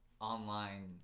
online